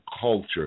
culture